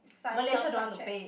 Malaysia don't want to pay